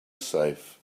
safe